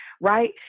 right